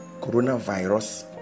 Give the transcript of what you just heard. coronavirus